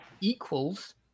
equals